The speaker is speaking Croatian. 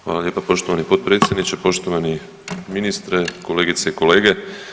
Hvala lijepa poštovani potpredsjedniče, poštovani ministre, kolegice i kolege.